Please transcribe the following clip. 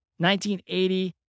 1980